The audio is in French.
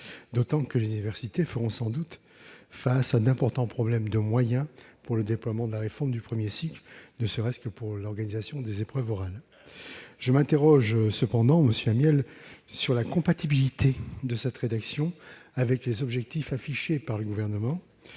d'autant que les universités feront sans doute face à d'importants problèmes de moyens pour déployer la réforme du premier cycle, ne serait-ce que pour l'organisation des épreuves orales. Je m'interroge cependant, monsieur Amiel, sur la compatibilité de votre proposition avec les objectifs affichés par le Gouvernement.